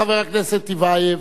חבר הכנסת טיבייב,